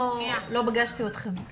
לא פגשתי אתכם.